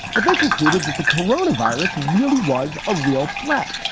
but they concluded that the corona virus really was a real threat.